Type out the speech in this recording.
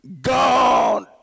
God